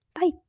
Bye